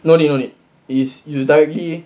no need no need is you directly